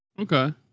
Okay